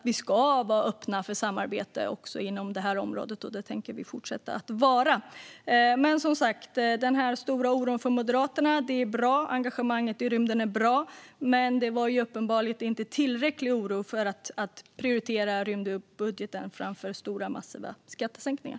Vi ska vara öppna för samarbete även inom det här området, och det tänker vi fortsätta att vara. Den stora oron från Moderaterna är bra, och engagemanget i rymden är bra. Men oron var uppenbarligen inte tillräcklig för att man skulle prioritera rymdbudgeten framför stora och massiva skattesänkningar.